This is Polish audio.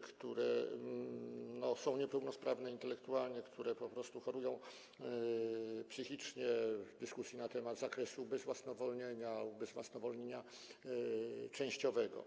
które są niepełnosprawne intelektualnie, które po prostu chorują psychicznie, w dyskusję na temat zakresu ubezwłasnowolnienia, ubezwłasnowolnienia częściowego.